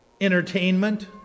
entertainment